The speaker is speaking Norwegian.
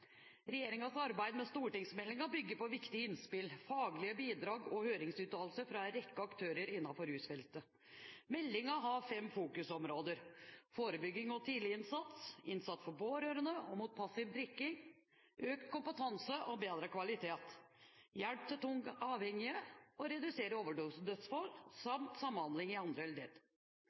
Regjeringens arbeid med stortingsmeldingen bygger på viktige innspill, faglige bidrag og høringsuttalelser fra en rekke aktører innenfor rusfeltet. Meldingen har fem fokusområder: forebygging og tidlig innsats innsats for pårørende og mot passiv drikking økt kompetanse og bedre kvalitet hjelp til tungt avhengige – og reduksjon i overdosedødsfall samhandling i